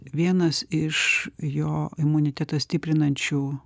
vienas iš jo imunitetą stiprinančių